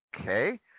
Okay